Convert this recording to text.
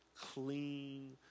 clean